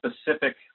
specific